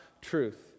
truth